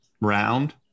round